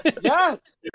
Yes